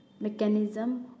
mechanism